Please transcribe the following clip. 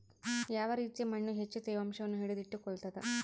ಯಾವ ರೇತಿಯ ಮಣ್ಣು ಹೆಚ್ಚು ತೇವಾಂಶವನ್ನು ಹಿಡಿದಿಟ್ಟುಕೊಳ್ತದ?